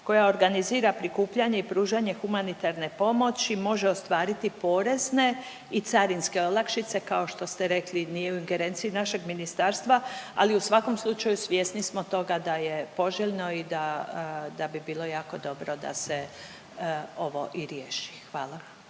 koja organizira prikupljanje i pružanje humanitarne pomoći može ostvariti porezne i carinske olakšice, kao što ste rekli, nije u ingerenciji našeg Ministarstva, ali u svakom slučaju, svjesni smo toga da je poželjno i da, da bi bilo jako dobro da se ovo i riješi. Hvala.